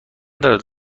دارد